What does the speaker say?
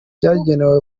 byagenewe